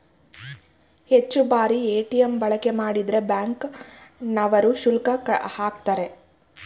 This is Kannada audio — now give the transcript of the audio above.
ಹೆಚ್ಚು ಬಾರಿ ಎ.ಟಿ.ಎಂ ಬಳಕೆ ಮಾಡಿದ್ರೆ ಬ್ಯಾಂಕ್ ನವರು ಶುಲ್ಕ ಆಕ್ತರೆ